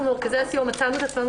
אנחנו במרכזי הסיוע מצאנו את עצמנו